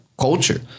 culture